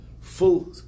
full